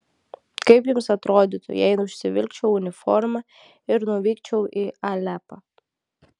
kaip jums atrodytų jei užsivilkčiau uniformą ir nuvykčiau į alepą